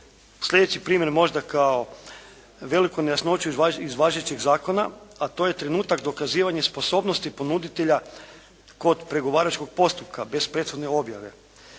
Sljedeći primjer možda kao veliku nejasnoću iz važećeg zakona, a to je trenutak dokazivanja sposobnosti ponuditelja kod pregovaračkog postupka bez prethodne objave.